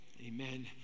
amen